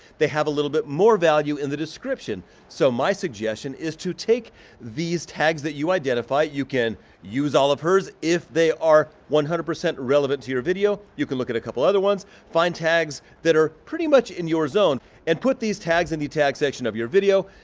they have a little bit more value in the description. so my suggestion is to take these tags that you identify you can use all of hers if they are one hundred percent relevant to your video you can look at a couple other ones. find tags that are pretty much in your zone and put these tags in the tags section of your video.